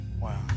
Wow